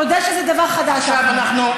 תודה שזה דבר חדש, אחמד.